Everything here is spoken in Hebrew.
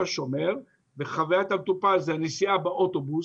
השומר וחווית המטופל זה הנסיעה באוטובוס,